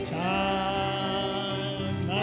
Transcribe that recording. time